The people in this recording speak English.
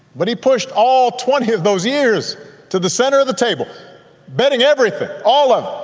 but he pushed all twenty of those years to the center of the table betting everything, all of.